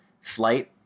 Flight